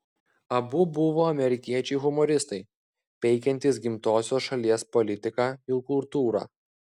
abu buvo amerikiečiai humoristai peikiantys gimtosios šalies politiką ir kultūrą